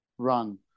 run